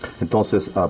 Entonces